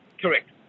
Correct